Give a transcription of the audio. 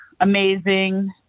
amazing